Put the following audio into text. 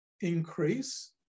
increase